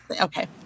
Okay